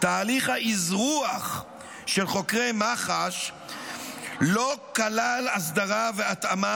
תהליך האזרוח של חוקרי מח"ש לא כלל הסדרה והתאמה